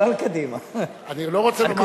לא על קדימה, על כולם.